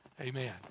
amen